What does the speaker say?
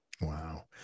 Wow